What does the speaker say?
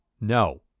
No